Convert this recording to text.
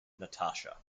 natasha